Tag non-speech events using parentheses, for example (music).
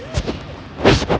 (noise)